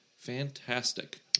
fantastic